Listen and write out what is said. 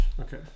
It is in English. Okay